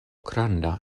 granda